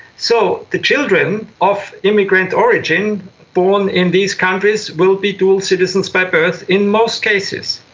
so the children of immigrant origin born in these countries will be dual citizens by birth in most cases,